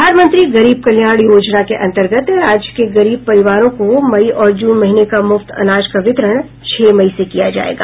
प्रधानमंत्री गरीब कल्याण योजना के अन्तर्गत राज्य के गरीब परिवारों को मई और जून महीने का मुफ्त अनाज का वितरण छह मई से किया जायेगा